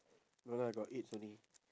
no lah got eight only